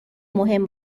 مهم